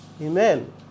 Amen